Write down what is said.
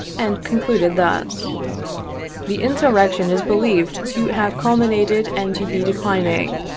and concluded thus the insurrection is believed to have culminated and to be declining.